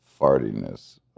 fartiness